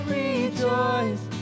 rejoice